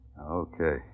Okay